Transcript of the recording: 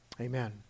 Amen